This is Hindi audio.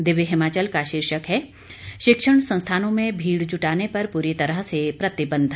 दिव्य हिमाचल का शीर्षक है शिक्षण संस्थानों में भीड़ जुटाने पर पूरी तरह से प्रतिबंध